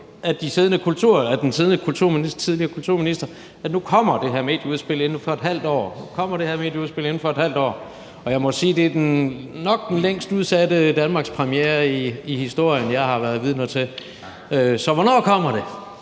af den tidligere kulturminister, at nu kommer det her medieudspil inden for et halvt år, og jeg må sige, at det nok er den længst udsatte danmarkspremiere i historien, jeg har været vidne til. Så hvornår kommer det?